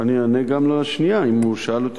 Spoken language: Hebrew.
אני אענה גם לשנייה אם הוא ישאל אותי.